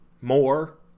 more